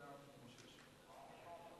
זמן הגאולה, בזמן שעם ישראל צריכים להיגאל.